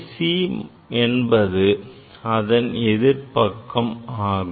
AC என்பது அதன் எதிர்ப்பக்கம் ஆகும்